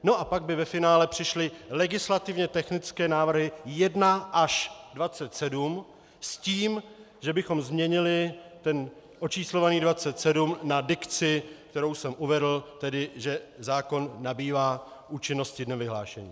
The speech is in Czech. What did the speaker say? No a pak by ve finále přišly legislativně technické návrhy 1 až 27 s tím, že bychom změnili očíslovaný 27 na dikci, kterou jsem uvedl, tedy že zákon nabývá účinnosti dnem vyhlášení.